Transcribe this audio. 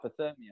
hypothermia